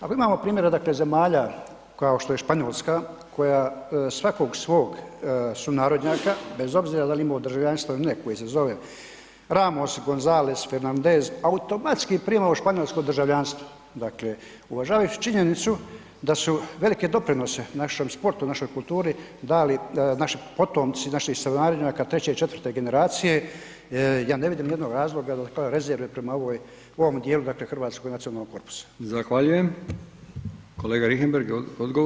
Ali imamo primjera zemalja kao što je Španjolska koja svakog svog sunarodnjaka bez obzira da li imao državljanstvo ili ne, koji se zove Ramos, Gonzales, Fernandez automatski prima španjolsko državljanstvo, dakle uvažavajući činjenicu da su velike doprinose našem sportu, našoj kulturi dali naši potomci naših sunarodnjaka 3. i 4. generacije ja ne vidim nijednog razloga kao rezerve prema ovom dijelu hrvatskog nacionalnog korpusa.